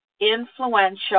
influential